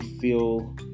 feel